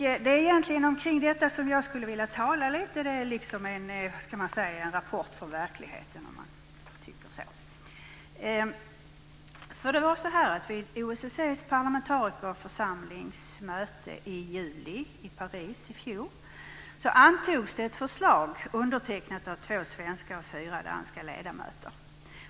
Det är egentligen kring detta jag skulle vilja tala. Det är en rapport från verkligheten, om man säger så. Vid OSSE:s parlamentarikerförsamlings möte i juli i Paris i fjol antogs ett förslag undertecknat av två svenska och fyra danska ledamöter.